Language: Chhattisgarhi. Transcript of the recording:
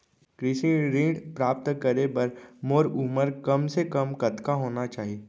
कृषि ऋण प्राप्त करे बर मोर उमर कम से कम कतका होना चाहि?